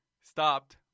stopped